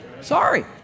Sorry